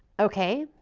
okay?